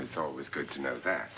it's always good to know that